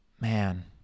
Man